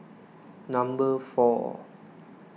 number four